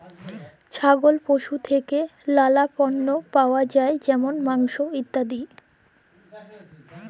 ছাগল পশু থেক্যে লালা পল্য পাওয়া যায় যেমল মাংস, ইত্যাদি